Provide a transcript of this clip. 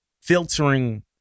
filtering